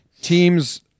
teams